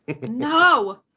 No